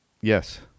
Yes